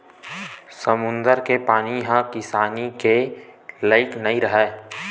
समुद्दर के पानी ह किसानी के लइक नइ राहय